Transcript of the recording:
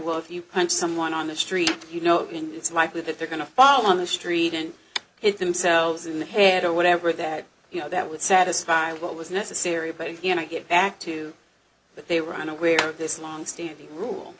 if you punch someone on the street you know when it's likely that they're going to fall on the street and hit themselves in the head or whatever that you know that would satisfy what was necessary but again i get back to that they were unaware of this long standing rule